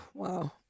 Wow